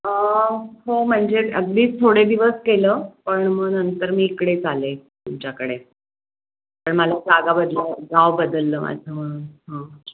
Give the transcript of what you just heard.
हो म्हणजे अगदी थोडे दिवस केलं पण मग नंतर मी इकडेच आले तुमच्याकडे कारण मला जागा बदलाय गाव बदललं माझं म्हणून